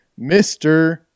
Mr